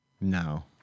No